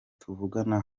tuvugana